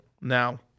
Now